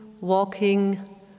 walking